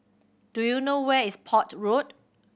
do you know where is Port Road